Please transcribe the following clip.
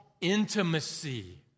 intimacy